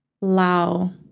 Lao